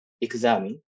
examine